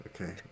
Okay